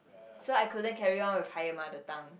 so I couldn't carry on with higher mother tongue